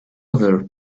other